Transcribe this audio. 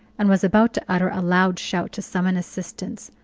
and was about to utter a loud shout to summon assistance,